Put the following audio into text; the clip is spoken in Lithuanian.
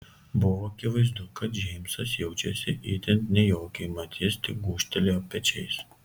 buvo akivaizdu kad džeimsas jaučiasi itin nejaukiai mat jis tik gūžtelėjo pečiais